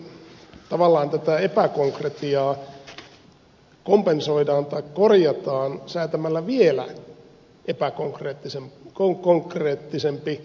nyt sitten tavallaan tätä epäkonkretiaa kompensoidaan tai korjataan säätämällä vielä epäkonkreettisempi kokeilulaki